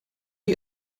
you